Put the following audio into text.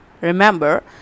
Remember